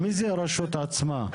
מי זה הרשות המקומית עצמה?